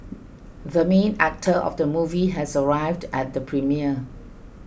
the main actor of the movie has arrived at the premiere